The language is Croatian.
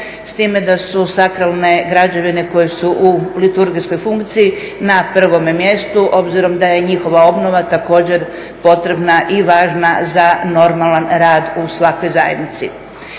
s time da su sakralne građevine koje su u liturgijskoj funkciji na prvome mjestu, obzirom da je njihova obnova također potrebna i važna za normalan rad u svakoj zajednici.